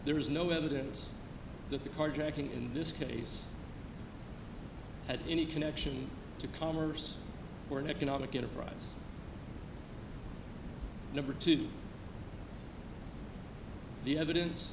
there is no evidence that the carjacking in this case had any connection to commerce or an economic at a price number two the evidence